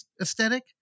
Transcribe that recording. aesthetic